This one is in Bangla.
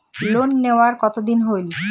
লোন নেওয়ার কতদিন হইল?